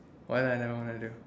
what I never wanted to do